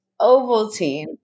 Ovaltine